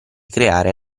creare